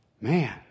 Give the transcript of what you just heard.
Man